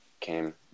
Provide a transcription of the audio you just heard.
came